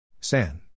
San